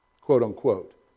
quote-unquote